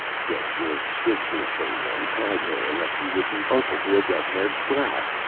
get your sister, balin. hide her, unless you would be uncle to a red-haired brat.